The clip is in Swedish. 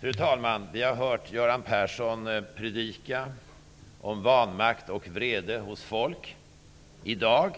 Fru talman! Vi har hört Göran Persson predika om vanmakt och vrede hos folk i dag.